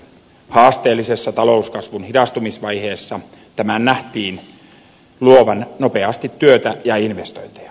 haasteellisessa talouskasvun hidastumisvaiheessa tämän nähtiin luovan nopeasti työtä ja investointeja